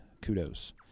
Kudos